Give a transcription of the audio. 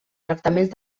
tractaments